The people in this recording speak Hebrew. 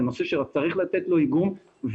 זה נושא שצריך לתת לו איגום,